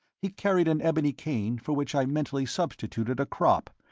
he carried an ebony cane for which i mentally substituted a crop,